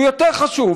הוא יותר חשוב.